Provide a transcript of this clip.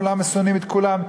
כולם שונאים את כולם.